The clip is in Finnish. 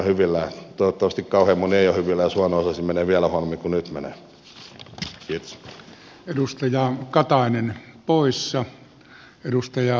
toivottavasti kauhean moni ei ole hyvillään jos huono osaisilla menee vielä huonommin kuin nyt menee